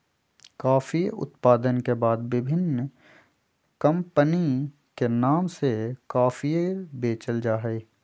कॉफीया उत्पादन के बाद विभिन्न कमपनी के नाम से कॉफीया के बेचल जाहई